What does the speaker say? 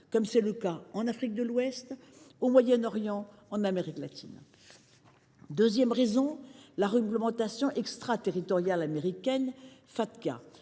comme c’est le cas en Afrique de l’Ouest, au Moyen Orient ou en Amérique latine. La seconde est la réglementation extraterritoriale américaine du